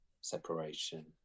separation